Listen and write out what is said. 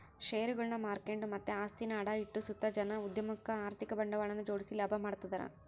ಷೇರುಗುಳ್ನ ಮಾರ್ಕೆಂಡು ಮತ್ತೆ ಆಸ್ತಿನ ಅಡ ಇಟ್ಟು ಸುತ ಜನ ಉದ್ಯಮುಕ್ಕ ಆರ್ಥಿಕ ಬಂಡವಾಳನ ಜೋಡಿಸಿ ಲಾಭ ಮಾಡ್ತದರ